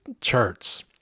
charts